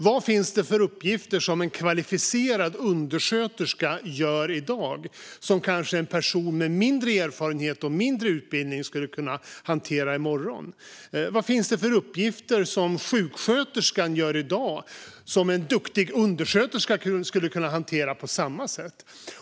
Vad finns det för uppgifter som en kvalificerad undersköterska utför i dag som en person med mindre erfarenhet och mindre utbildning kanske skulle kunna hantera i morgon? Vad finns det för uppgifter som sjuksköterskan utför i dag som en duktig undersköterska skulle kunna hantera på samma sätt?